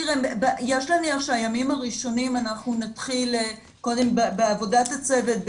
יש להניח שהימים הראשונים אנחנו נתחיל קודם בעבודת הצוות,